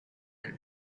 and